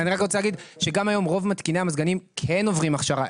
אני רק רוצה להגיד שגם היום רוב מתקיני המזגנים כן עוברים הכשרה.